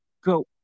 go